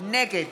נגד